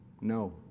No